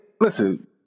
listen